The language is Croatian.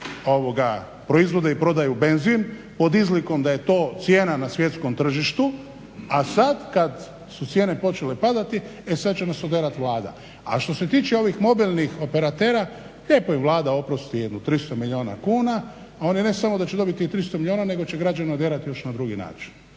proizvode i prodaju benzin pod izlikom da je to cijena na svjetskom tržištu, a sad kad su cijene počele padati e sad će nas oderati Vlada. A što se tiče ovih mobilnih operatera lijepo im Vlada oprosti jedno 300 milijuna kuna, a oni ne samo da će dobiti tih 300 milijuna nego će građane oderati još na drugi način.